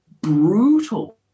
brutal